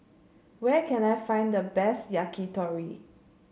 where can I find the best Yakitori